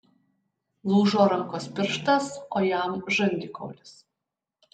lūžo rankos pirštas o jam žandikaulis